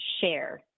share